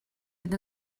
fynd